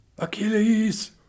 Achilles